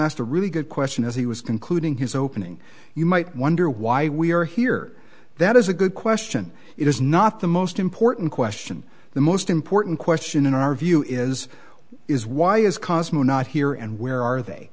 asked a really good question as he was concluding his opening you might wonder why we are here that is a good question it is not the most important question the most important question in our view is is why is cause more not here and where are they